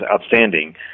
outstanding